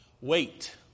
wait